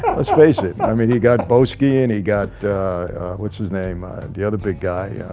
let's face it. but i mean he got boesky and he got what's his name the other big guy oh?